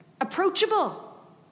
approachable